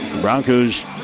Broncos